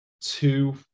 two